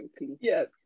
Yes